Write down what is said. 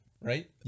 Right